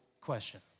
question